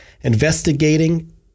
Investigating